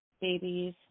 babies